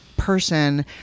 person